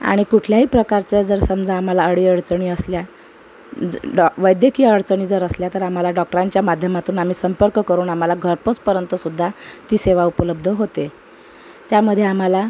आणि कुठल्याही प्रकारचं जर समजा आम्हाला अडीअडचणी असल्या ज डॉ वैद्यकीय अडचणी जर असल्या तर आम्हाला डॉक्टरांच्या माध्यमातून आम्ही संपर्क करून आम्हाला घरपोचपर्यंतसुद्धा ती सेवा उपलब्ध होते त्यामध्ये आम्हाला